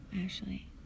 Ashley